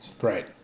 Right